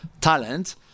talent